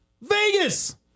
Vegas